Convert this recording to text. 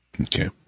Okay